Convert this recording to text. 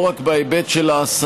לא רק בהיבט של ההסתה,